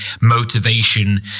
motivation